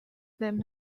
them